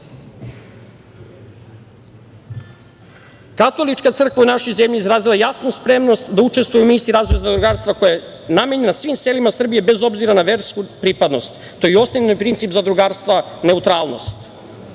Katolička crkva u našoj zemlji izrazila je jasnu spremnost da učestvuje u misiji zemljoradničkog zadrugarstva koja je namenjena svim selima Srbije, bez obzira na versku pripadnost. To je i osnovni princip zadrugarstva, neutralnost,